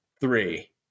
three